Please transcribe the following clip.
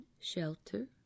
shelter